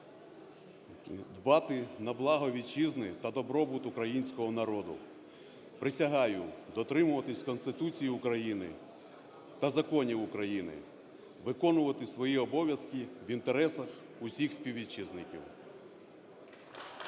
дбати на благо Вітчизни та добробут Українського народу. Присягаю дотримуватися Конституції України та законів України, виконувати свої обов'язки в інтересах усіх співвітчизників.